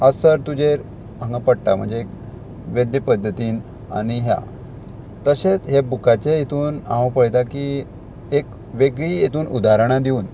असर तुजेर हांगा पडटा म्हणजे वेद्य पद्दतीन आनी ह्या तशेंच हे बुकाचे हितून हांव पळयतां की एक वेगळी हितून उदाहरणां दिवन